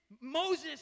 Moses